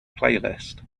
playlist